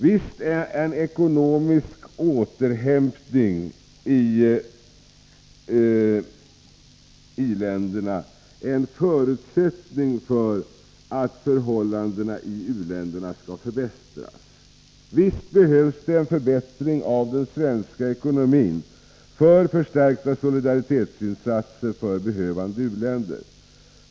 Visst är en ekonomisk återhämtning i i-länderna en förutsättning för att förhållandena i u-länderna skall förbättras. Visst behövs en förbättring av den svenska ekonomin för förstärkta solidaritetsinsatser för behövande u-länder.